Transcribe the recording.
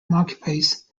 marketplace